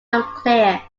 unclear